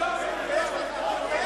בושה וחרפה.